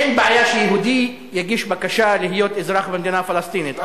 אין בעיה שיהודי יגיש בקשה להיות אזרח במדינה פלסטינית.